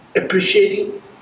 appreciating